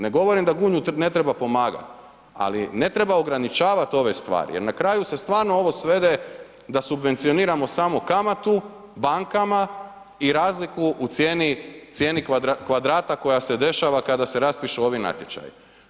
Ne govorim da Gunju ne treba pomagati ali ne treba ograničavati ove stvari jer na kraju se stvarno ovo svede da subvencioniramo samo kamatu bankama i razliku u cijeni kvadrata koja se dešava kada se raspišu ovi natječaji.